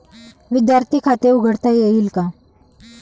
विद्यार्थी खाते उघडता येईल का?